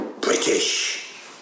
British